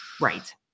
Right